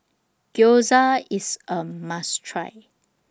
Gyoza IS A must Try